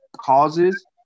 causes